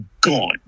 gone